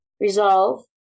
resolve